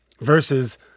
versus